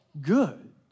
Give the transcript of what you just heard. good